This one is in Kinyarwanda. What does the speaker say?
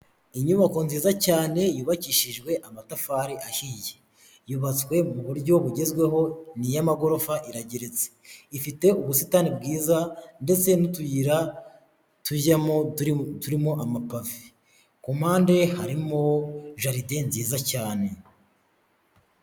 Inyubako nziza cyane yubakishijwe amatafari ahiye yubatswe muburyo bugezweho ni iy'amagorofa irageretse ifite ubusitani bwiza ndetse n'utuyira tujyamo turimo amapave kumpande harimo jaride nziza cyane.